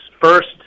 first